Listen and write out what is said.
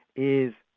is,